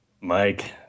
Mike